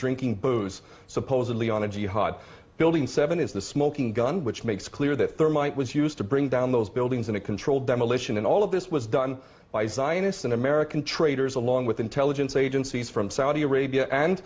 drinking booze supposedly on a jihad building seven is the smoking gun which makes clear that thermite was used to bring down those buildings in a controlled demolition and all of this was done by zionists and american traitors along with intelligence agencies from saudi arabia and